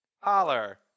Holler